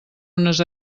unes